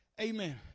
Amen